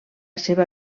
seva